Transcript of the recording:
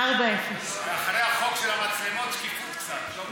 0:4. ואחרי החוק של המצלמות שקיפות קצת.